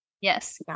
yes